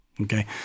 okay